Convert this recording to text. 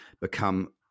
become